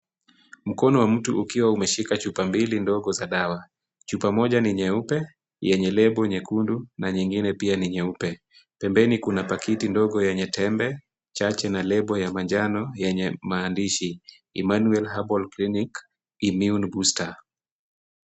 Mkono wa mtu ukiwa umeshika chupa mbili ndogo za dawa. Chupa moja ni nyeupe, yenye lebo nyekundu na nyingine pia ni nyeupe. Pembeni kuna pakiti ndogo yenye tembe, chache na lebo ya manjano yenye maandishi: Emmanuel Habol Clinic, Immune Booster .